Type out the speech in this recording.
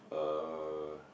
uh